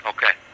Okay